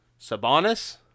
Sabonis